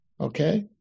Okay